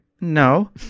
no